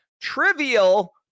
trivial